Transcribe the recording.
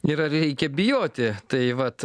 ir ar reikia bijoti tai vat